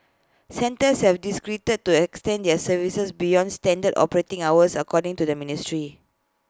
centres have discrete to extend their services beyond standard operating hours according to the ministry